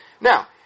Now